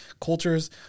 cultures